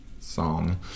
song